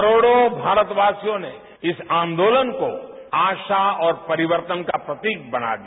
करोड़ो भारतवासियों ने इस आंदोलन को आशा और परिवर्तन का प्रतीक बना दिया